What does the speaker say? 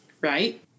right